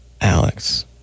Alex